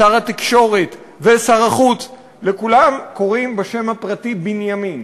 שר התקשורת ושר החוץ: לכולם קוראים בשם הפרטי בנימין